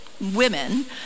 Women